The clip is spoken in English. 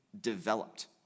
developed